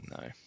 no